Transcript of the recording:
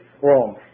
wrong